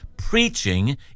preaching